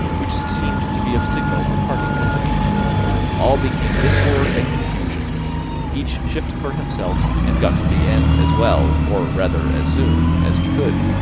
which seemed to be a signal for parting company all became discord and confusion each shifted for himself, and got to the end as well, or rather as soon, as he could,